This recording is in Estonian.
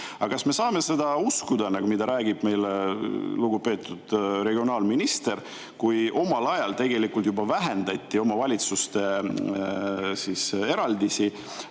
Aga kas me saame seda uskuda, mida räägib meile lugupeetud regionaalminister, kui omal ajal tegelikult juba vähendati eraldisi